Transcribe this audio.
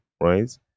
right